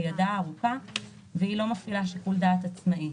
היא פועלת כידה הארוכה והיא לא מפעילה שיקול דעת עצמאי.